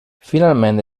finalment